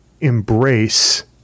embrace